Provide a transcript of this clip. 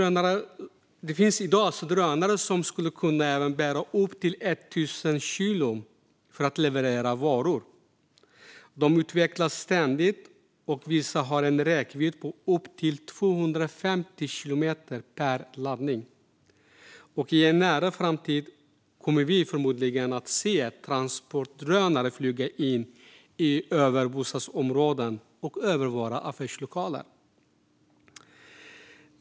Det finns i dag drönare som skulle kunna bära upp till 1 000 kilo för att leverera varor. De utvecklas ständigt, och vissa har en räckvidd på upp till 250 kilometer per laddning. I en nära framtid kommer vi förmodligen att få se transportdrönare flyga in över bostadsområden och över affärslokaler.